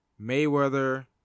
Mayweather